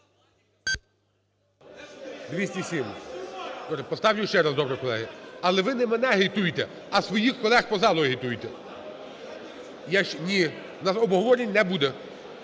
За-207 Поставлю ще раз, добре, колеги. Але ви не мене агітуйте, а своїх колег по залу агітуйте. Ні, у нас обговорень не буде,